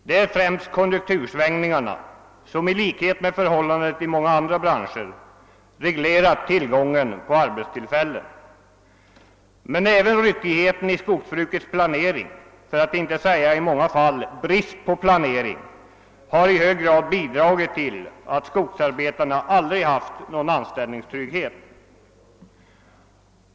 Det är främst konjunktursvängningarna som, i likhet med förhållandet i många andra branscher, har reglerat tillgången på arbetstillfällen. Men även ryckigheten i skogsbrukets planering — för att inte säga brist på planering i många fall — har i hög grad bidragit till att skogsarbetarna aldrig har haft någon anställningstrygghet.